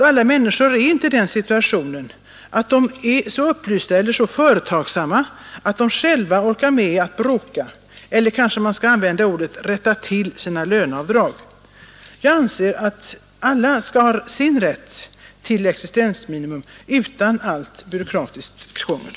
Alla människor är tyvärr inte så upplysta eller så företagsamma att de själva orkar med att bråka om — eller kanske jag skall använda ordet rätta till — sina löneavdrag. Jag anser att alla skall ha rätt till existensminimum, utan allt byråkratiskt krångel.